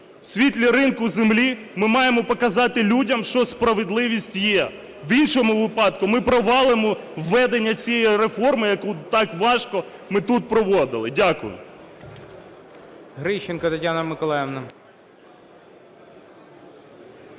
У світлі ринку землі ми маємо показати людям, що справедливість є. В іншому випадку ми провалимо введення цієї реформи, яку так важко ми тут проводили. Дякую.